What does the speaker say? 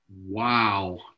Wow